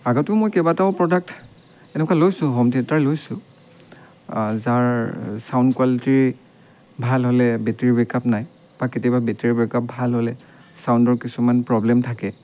আগতেও মই কেইবাটাও প্ৰডাক্ট এনেকুৱা লৈছোঁ হোম থিয়েটাৰ লৈছোঁ যাৰ ছাউণ্ড কোৱালিটি ভাল হ'লে বেটেৰী বেক আপ নাই বা কেতিয়াবা বেটেৰী বেকআপ ভাল হ'লে ছাউণ্ডৰ কিছুমান প্ৰ'ব্লেম থাকে